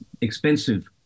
expensive